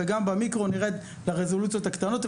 וגם במיקרו נרד לרזולוציות הקטנות.